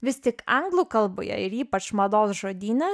vis tik anglų kalboje ir ypač mados žodyne